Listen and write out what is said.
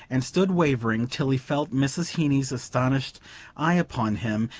and stood wavering till he felt mrs. heeny's astonished eye upon him.